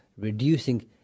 reducing